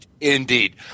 Indeed